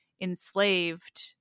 enslaved